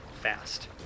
fast